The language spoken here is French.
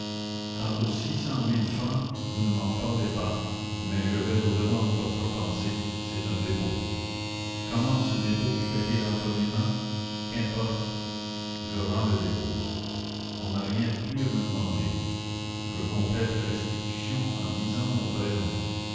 quant aux six cent mille francs vous ne m'en parlez pas mais je vais au-devant de votre pensée c'est un dépôt comment ce dépôt était-il entre mes mains qu'importe je rends le dépôt on n'a rien de plus à me demander je complète la restitution en disant mon vrai nom